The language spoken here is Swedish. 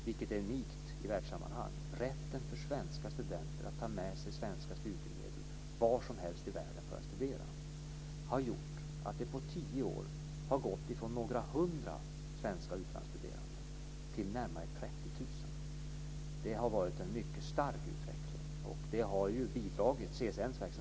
Rätten för svenska studenter att ta med sig svenska studiemedel vart som helst i världen för att studera, vilket är unikt i världssammanhang, har gjort att det på tio år har gått ifrån några hundra svenska utlandsstuderande till närmare 30 000. Det har varit en mycket stark utveckling. Det har CSN:s verksamhet bidragit till.